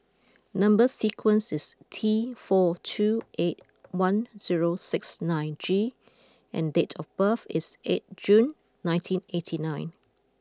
number sequence is T four two eight one zero six nine G and date of birth is eight June nineteen eighty nine